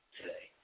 today